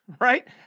right